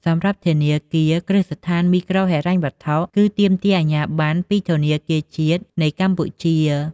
សម្រាប់ធនាគារគ្រឹះស្ថានមីក្រូហិរញ្ញវត្ថុ គឺទាមទារអាជ្ញាប័ណ្ណពីធនាគារជាតិនៃកម្ពុជា។